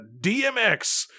dmx